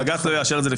בג"ץ לא יאשר את זה.